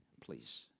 please